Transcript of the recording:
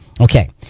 Okay